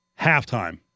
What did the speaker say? halftime